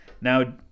Now